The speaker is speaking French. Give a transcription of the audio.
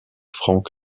frank